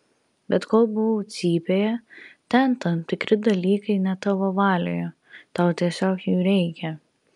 bet kol buvau cypėje ten tam tikri dalykai ne tavo valioje tau tiesiog jų reikia